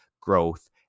growth